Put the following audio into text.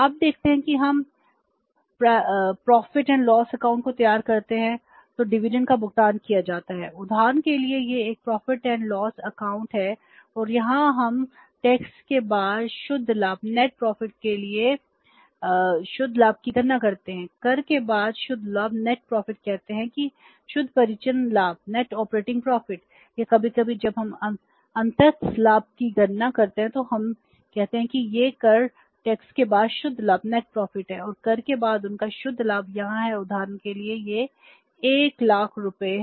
आप देखते हैं कि जब हम प्रॉफिट एंड लॉस अकाउंट यहाँ है उदाहरण के लिए यह 1 लाख रुपये है